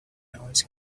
hours